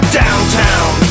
downtown